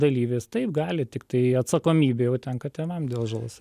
dalyvis taip gali tiktai atsakomybė jau tenka tėvam dėl žalos